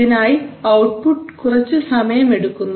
ഇതിനായി ഔട്ട്പുട്ട് കുറച്ചു സമയം എടുക്കുന്നു